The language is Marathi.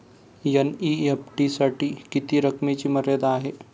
एन.ई.एफ.टी साठी किती रकमेची मर्यादा आहे?